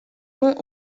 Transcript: ont